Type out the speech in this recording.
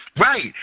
Right